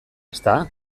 ezta